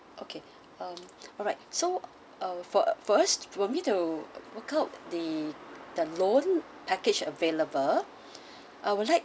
okay um alright so uh for for us for me to work out the the loan package available I would like